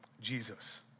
Jesus